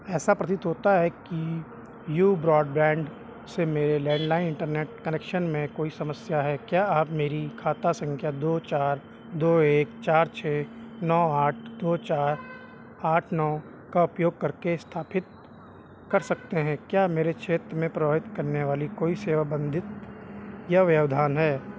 ऐसा प्रतीत होता है कि यू ब्रॉडबैण्ड से मेरे लैण्डलाइन इन्टरनेट कनेक्शन में कोई समस्या है क्या आप मेरी खाता सँख्या दो चार दो एक चार छह नौ आठ दो चार आठ नौ का उपयोग करके स्थापित कर सकते हैं क्या मेरे क्षेत्र में प्रभावित करने वाली कोई सेवा बाधित या व्यवधान है